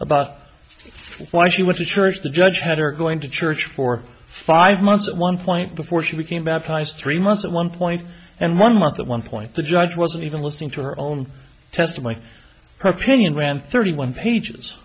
about why she went to church the judge had her going to church for five months at one point before she became baptized three months at one point and one month at one point the judge wasn't even listening to her own testimony her pinioned ran thirty one pages